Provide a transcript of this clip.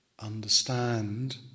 understand